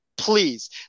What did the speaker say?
please